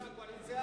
היו 56 קואליציה,